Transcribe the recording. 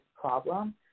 problem